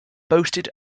boasted